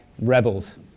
rebels